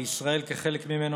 וישראל כחלק ממנו,